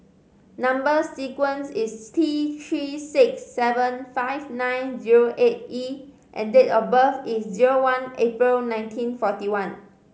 number sequence is T Three six seven five nine zero eight E and date of birth is zero one April nineteen forty one